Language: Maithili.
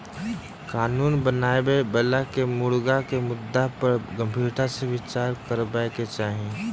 कानून बनाबय बला के मुर्गाक मुद्दा पर गंभीरता सॅ विचार करबाक चाही